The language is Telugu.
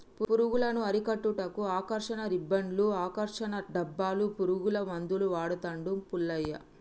పురుగులను అరికట్టుటకు ఆకర్షణ రిబ్బన్డ్స్ను, ఆకర్షణ డబ్బాలు, పురుగుల మందులు వాడుతాండు పుల్లయ్య